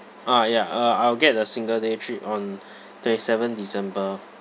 ah ya uh I will get the single day trip on twenty seventh december